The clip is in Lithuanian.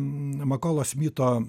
makolo smito